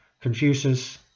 Confucius